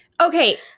Okay